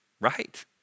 right